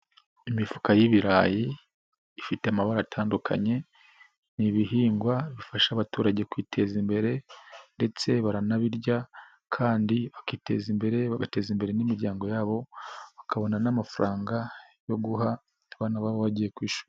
Imifuka y'ibirayi ifite amabara atandukanye. n'ibihingwa bifasha abaturage kwiteza imbere ndetse baranabirya kandi bakiteza imbere, bagateza imbere n'imiryango yabo, bakabona n'amafaranga yo guha abana babo bagiye ku ishuri.